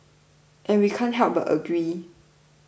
and we can't help but agree